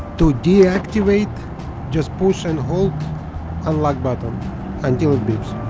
to deactivate just push and hold unlock button until it beeps